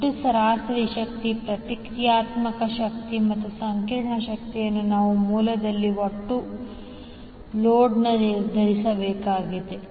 ಒಟ್ಟು ಸರಾಸರಿ ಶಕ್ತಿ ಪ್ರತಿಕ್ರಿಯಾತ್ಮಕ ಶಕ್ತಿ ಮತ್ತು ಸಂಕೀರ್ಣ ಶಕ್ತಿಯನ್ನು ನಾವು ಮೂಲದಲ್ಲಿ ಮತ್ತು ಲೋಡ್ನಲ್ಲಿ ನಿರ್ಧರಿಸಬೇಕು